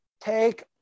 take